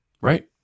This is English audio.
right